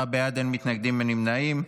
עשרה בעד, אין מתנגדים, אין נמנעים.